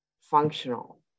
functional